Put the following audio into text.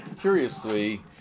Curiously